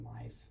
life